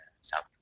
South